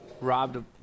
robbed